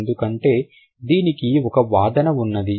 ఎందుకంటే దీనికి ఒక వాదన ఉన్నది